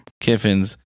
Kiffin's